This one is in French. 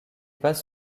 passe